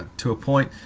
to a point,